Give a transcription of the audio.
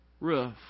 roof